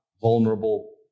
vulnerable